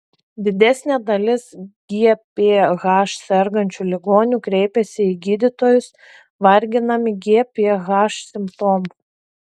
didesnė dalis gph sergančių ligonių kreipiasi į gydytojus varginami gph simptomų